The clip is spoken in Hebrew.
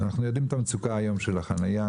אנחנו יודעים את המצוקה היום של החניה,